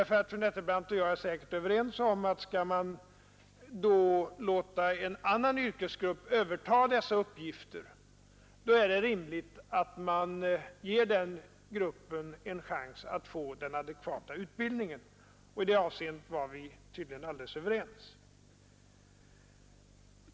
Fru Nettelbrandt och jag är nämligen säkert överens om att om vi skall låta en annan yrkesgrupp överta dessa uppgifter, är det rimligt att ge denna grupp en chans till adekvat utbildning. I detta avseende var vi tydligen alldeles överens.